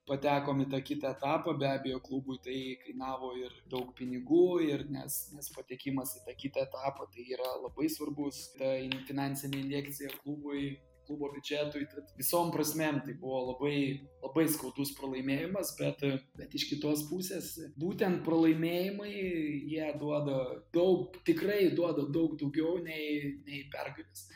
patekom į tą kitą etapą be abejo klubui tai kainavo ir daug pinigų ir nes nes patekimas į tą kitą etapą tai yra labai svarbus ta finansinė injekcija klubui klubo biudžetui tad visom prasmėm tai buvo labai labai skaudus pralaimėjimas bet bet iš kitos pusės būtent pralaimėjimai jie duoda daug tikrai duoda daug daugiau nei nei pergalės